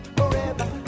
forever